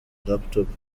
laptop